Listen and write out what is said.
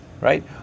right